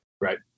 Right